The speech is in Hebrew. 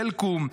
סלקום,